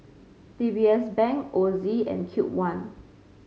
D B S Bank Ozi and Cube one